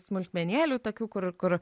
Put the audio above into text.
smulkmenėlių tokių kur kur